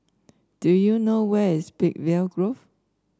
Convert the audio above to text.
do you know where is Peakville Grove